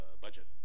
budget